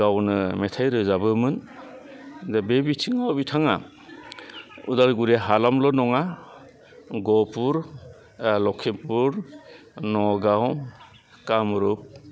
गावनो मेथाइ रोजाबोमोन दा बे बिथिङाव बिथाङा उदालगुरि हालामल' नङा गहपुर लक्षिमपुर नगाव कामरुप